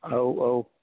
औ औ